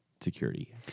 security